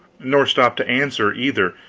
nor stopped to answer, either,